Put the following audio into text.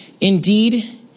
Indeed